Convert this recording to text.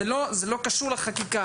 זה לא קשור לחקיקה,